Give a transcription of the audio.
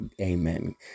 Amen